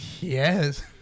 Yes